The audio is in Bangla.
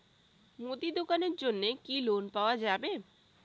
মুদি দোকানের জন্যে কি লোন পাওয়া যাবে?